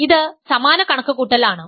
ഇത് സമാന കണക്കുകൂട്ടൽ ആണ്